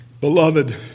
Beloved